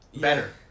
better